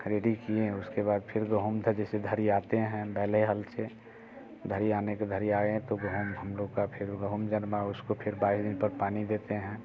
ready किए उसके बाद फिर गोहूँ था जिसे धरियाते हैं डले हल से धरियाने के धरियाए तो गोहूँ हम लोग का फिर गोहूँ जनमा उसको फिर बाईस दिन पर पानी देते हैं